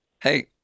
Hey